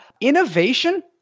innovation